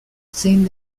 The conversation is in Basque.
zein